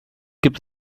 gibt